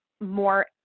more